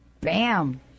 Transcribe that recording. Bam